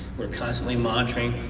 we're constantly monitoring,